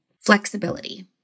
flexibility